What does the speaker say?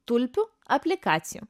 tulpių aplikacijų